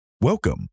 Welcome